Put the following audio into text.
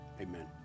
Amen